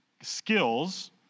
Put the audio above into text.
skills